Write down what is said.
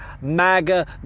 MAGA